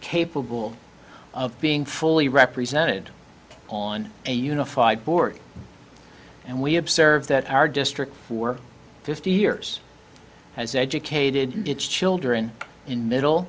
capable of being fully represented on a unified board and we observe that our district for fifty years has educated its children in middle